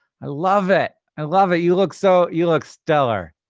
i love it. i love it. you look so you look stellar.